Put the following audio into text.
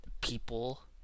people